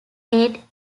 aid